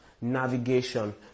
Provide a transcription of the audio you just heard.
navigation